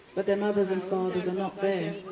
but their mothers and fathers are not there,